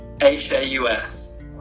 H-A-U-S